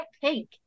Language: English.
pink